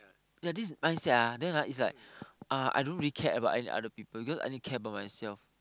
ya this mindset ah then is like uh I don't really care about any other people because I only care about myself